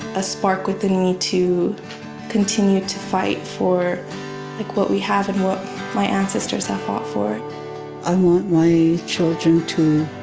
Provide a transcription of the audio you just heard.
a spark within me to continue to fight for like what we have and what my ancestors have fight for. delores i want my children to